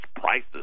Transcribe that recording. prices